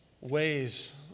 ways